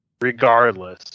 regardless